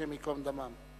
השם ייקום דמם.